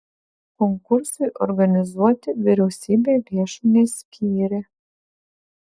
konkursui organizuoti vyriausybė lėšų neskyrė